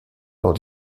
dans